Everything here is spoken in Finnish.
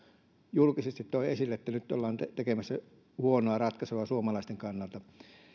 julkisesti toi esille että nyt ollaan tekemässä huonoa ratkaisua suomalaisten kannalta